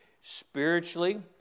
spiritually